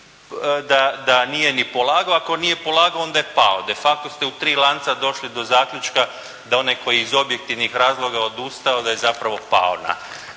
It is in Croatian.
da nije ni polagao, ako nije polagao onda je pao. De facto ste u tri lanca došli do zaključka da onaj koji je iz objektivnih razloga odustao da je zapravo pao na